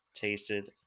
tasted